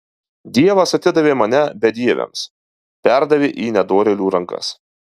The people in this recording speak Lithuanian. dievas atidavė mane bedieviams perdavė į nedorėlių rankas